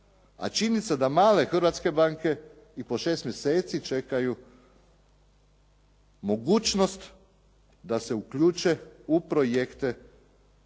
a činjenica da male hrvatske banke i po šest mjeseci čekaju mogućnost da se uključe u projekte koje